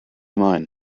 mine